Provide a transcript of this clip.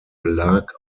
belag